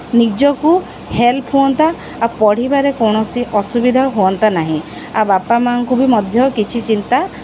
ନିଜକୁ ହେଲ୍ପ ହୁଅନ୍ତା ଆଉ ପଢ଼ିବାରେ କୌଣସି ଅସୁବିଧା ହୁଅନ୍ତା ନାହିଁ ଆଉ ବାପା ମାଆଙ୍କୁ ବି ମଧ୍ୟ କିଛି ଚିନ୍ତା